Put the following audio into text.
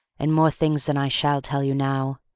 and more things than i shall tell you now.